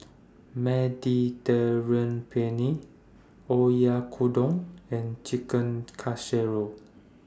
Penne Oyakodon and Chicken Casserole